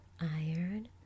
iron